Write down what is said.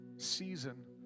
season